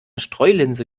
streulinse